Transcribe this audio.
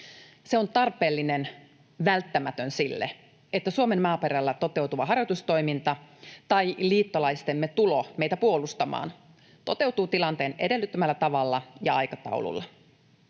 Se on tarpeellinen, välttämätön sille, että Suomen maaperällä toteutuva harjoitustoiminta tai liittolaistemme tulo meitä puolustamaan toteutuu tilanteen edellyttämällä tavalla ja aikataululla.